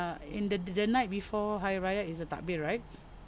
in the the night before hari raya is the takbir right